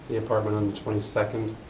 the apartment on the twenty second,